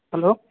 hello